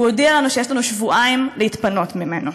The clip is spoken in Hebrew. הוא הודיע לנו שיש לנו שבועיים להתפנות ממנה.